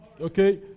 Okay